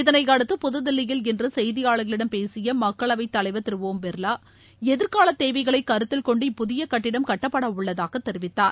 இதனையடுத்து புதுதில்லியில் இன்று செய்தியாளர்களிடம் பேசிய மக்களவைத்தலைவர் திரு ஓம் பிர்வா எதிர்கால தேவைகளை கருத்தில் கொண்டு இப்புதிய கட்டிடம் கட்டப்படவுள்ளதாக தெரிவித்தார்